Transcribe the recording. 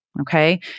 Okay